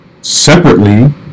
separately